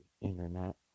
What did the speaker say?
internet